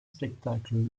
spectacle